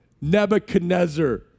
Nebuchadnezzar